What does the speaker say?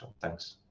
thanks